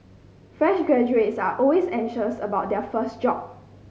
fresh graduates are always anxious about their first job